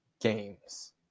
games